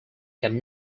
can